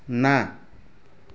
ନାଁ